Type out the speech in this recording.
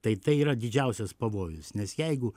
tai tai yra didžiausias pavojus nes jeigu